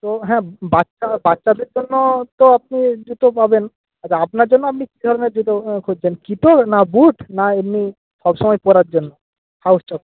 ও হ্যাঁ বাচ্চা বাচ্চাদের জন্য তো আপনি জুতো পাবেন আর আপনার জন্য আপনি কী ধরনের জুতো খুঁজছেন কিটো না বুট না এমনি সবসময় পরার জন্য হাউজ চপ্পল